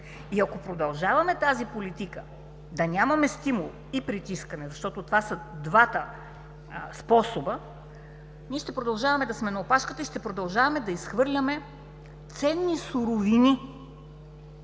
и ако продължаваме тази политика – да нямаме стимул и притискане, защото това са двата способа, ние ще продължаваме да сме на опашката и ще продължаваме да изхвърляме ценни суровини